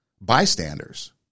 bystanders